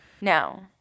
No